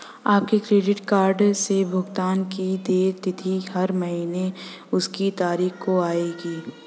आपके credit card से भुगतान की देय तिथि हर महीने उसी तारीख को आएगी